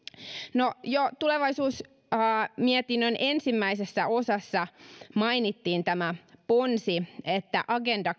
no jo tulevaisuusmietinnön ensimmäisessä osassa mainittiin tämä ponsi että agenda